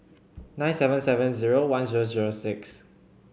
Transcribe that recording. nine seven seven zero one zero zero six